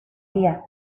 día